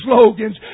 slogans